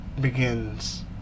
begins